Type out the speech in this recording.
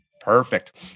Perfect